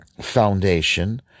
Foundation